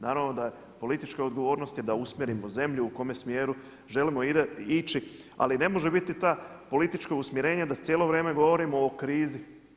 Naravno da politička odgovornost je da usmjerimo zemlju u kome smjeru želimo ići, ali ne može biti ta politička usmjerenja da cijelo vrijeme govorimo o krizi.